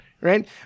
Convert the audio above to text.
right